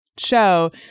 Show